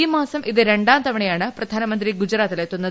ഈ മാസം ഇതു ര ാം തവണയാണ് പ്രധാനമന്ത്രി ഗുജറാത്തിൽ എത്തുന്നത്